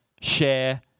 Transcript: share